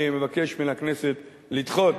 אני מבקש מן הכנסת לדחות